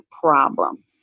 problem